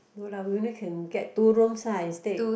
no lah we only can get two rooms uh instead